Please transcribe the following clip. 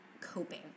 coping